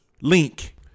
link